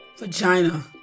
Vagina